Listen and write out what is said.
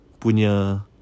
punya